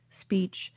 speech